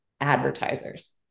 advertisers